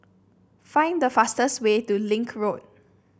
select the fastest way to Link Road